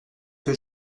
que